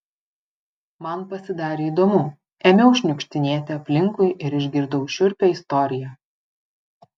man pasidarė įdomu ėmiau šniukštinėti aplinkui ir išgirdau šiurpią istoriją